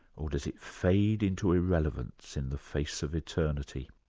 or does it fade into irrelevance in the face of eternity?